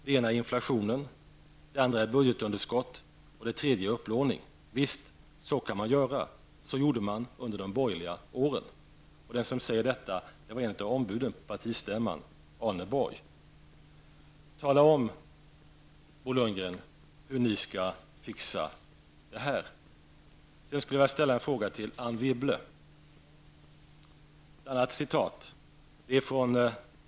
Det ena är inflationen, det andra är budgetunderskottet och det tredje är upplåning. Visst, så kan man göra, så gjorde man under de borgerliga åren.'' Det var ett av ombuden på partistämman, Arne Borg, som sade detta. Bo Lundgren, tala om hur ni skall fixa det här! Sedan vill jag ställa en fråga till Anne Wibble.